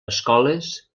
escoles